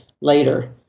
later